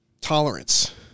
tolerance